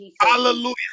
Hallelujah